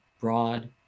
broad